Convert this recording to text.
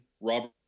Robert